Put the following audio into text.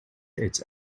its